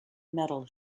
metal